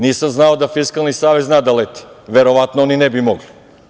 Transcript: Nisam znao da Fiskalni savet za da leti, verovatno ni ne bi mogli.